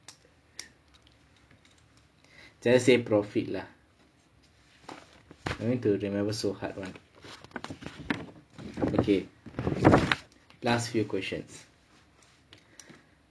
just say profit lah no need to remember so hard lah okay last few questions